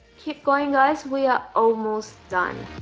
keep going guys. we are almost done